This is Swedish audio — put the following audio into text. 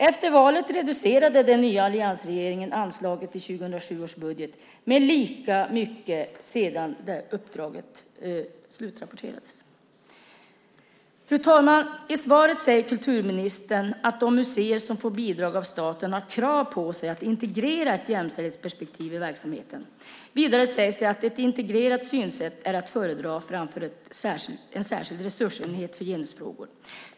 Efter valet reducerade alliansregeringen anslaget i 2007 års budget med lika mycket sedan uppdraget slutrapporterats. Fru talman! I svaret säger kulturministern att de museer som får bidrag från staten har krav på sig att integrera ett jämställdhetsperspektiv i verksamheten. Vidare sägs det att ett integrerat synsätt är att föredra framför en särskild resursenhet för genusfrågor.